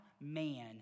man